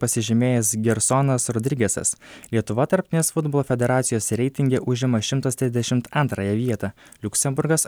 pasižymėjęs gersonas rodrigesas lietuva tarptautinės futbolo federacijos reitinge užima šimtas trisdešimt antrąją vietą liuksemburgas